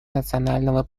национального